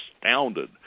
astounded